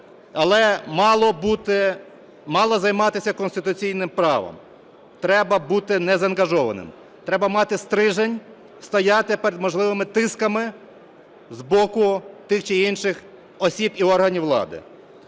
Але мало займатися конституційним правом, треба бути незаангажованим, треба мати стрижень стояти перед можливими тисками з боку тих чи інших осіб і органів влади.